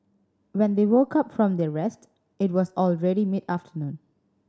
when they woke up from their rest it was already mid afternoon